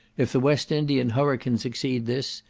if the west indian hurricanes exceed this,